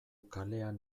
kalean